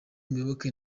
muyoboke